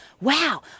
wow